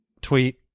tweet